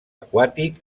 aquàtic